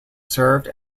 served